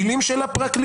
מילים של הפרקליטות.